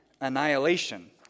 annihilation